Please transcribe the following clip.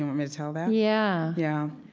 and um did tell that? yeah yeah.